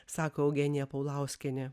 sako eugenija paulauskienė